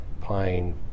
pine